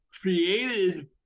created